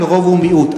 של רוב ומיעוט.